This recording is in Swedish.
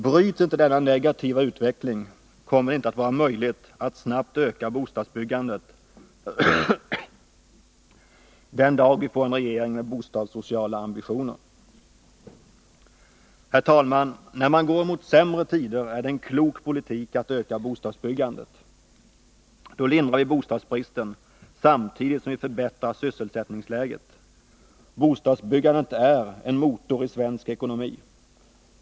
Bryts inte denna negativa utveckling kommer det inte att vara möjligt att snabbt öka bostadsbyggandet den dag vi får en regering med bostadssociala ambitioner. Herr talman! När man går mot sämre tider är det en klok politik att öka bostadsbyggandet. Då lindrar vi bostadsbristen samtidigt som vi förbättrar sysselsättningsläget. Bostadsbyggandet är en motor i svensk ekonomi.